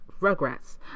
Rugrats